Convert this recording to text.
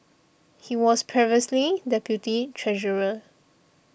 he was previously deputy treasurer